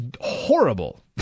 horrible